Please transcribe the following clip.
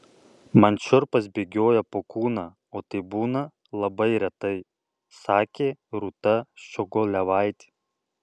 man šiurpas bėgioja po kūną o tai būna labai retai sakė rūta ščiogolevaitė